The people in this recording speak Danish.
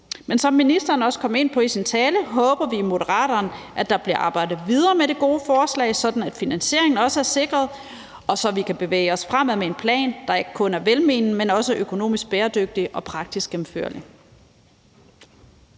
Men som ministeren også kom ind på i sin tale, håber vi i Moderaterne, at der bliver arbejdet videre med det gode forslag, sådan at finansieringen også er sikret, og så vi kan bevæge os fremad med en plan, der ikke kun er velmenende, men også økonomisk bæredygtig og praktisk gennemførlig.